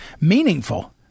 meaningful